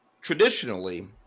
traditionally